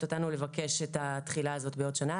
אותנו לבקש את התחילה הזאת בעוד שנה.